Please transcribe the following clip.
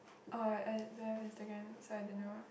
oh I don't have Instagram so I don't know mah